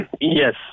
Yes